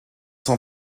sont